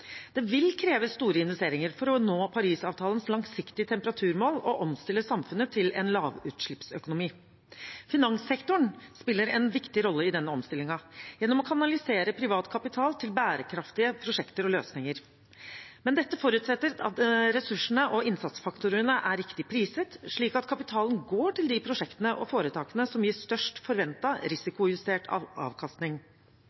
Det vil kreve store investeringer å nå Parisavtalens langsiktige temperaturmål og omstille samfunnet til en lavutslippsøkonomi. Finanssektoren spiller en viktig rolle i denne omstillingen gjennom å kanalisere privat kapital til bærekraftige prosjekter og løsninger, men dette forutsetter at ressursene og innsatsfaktorene er riktig priset, slik at kapitalen går til de prosjektene og foretakene som gir størst